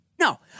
No